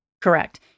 Correct